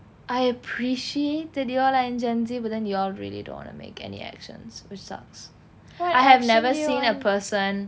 I appreciate that you all are in gen Z but then you all really don't wanna make any actions which sucks I have never seen a person